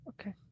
Okay